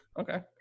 Okay